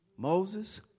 Moses